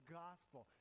gospel